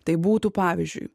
tai būtų pavyzdžiui